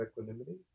equanimity